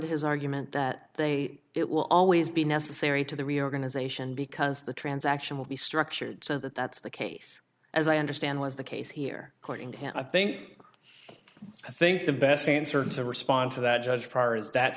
to his argument that they it will always be necessary to the reorganization because the transaction will be structured so that that's the case as i understand was the case here according to him i think i think the best answer to respond to that judge far is that